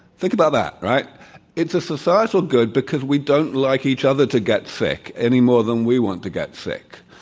think about that, right it's a societal good because we don't like each other to get sick any more than we want to get sick.